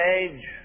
age